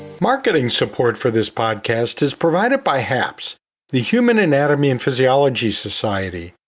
marketing support for this podcast is provided by haps the human anatomy and physiology society,